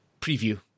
preview